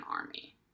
army